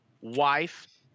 wife